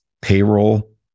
payroll